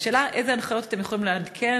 השאלה היא איזה הנחיות אתם יכולים לעדכן,